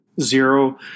zero